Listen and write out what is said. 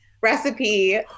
recipe